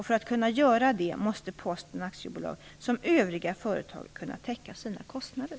För att kunna göra det måste Posten AB, som övriga företag, kunna täcka sina kostnader.